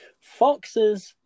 Foxes